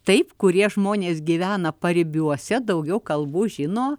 taip kurie žmonės gyvena paribiuose daugiau kalbų žino